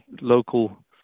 local